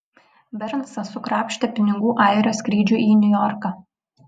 bernsas sukrapštė pinigų airio skrydžiui į niujorką